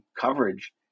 coverage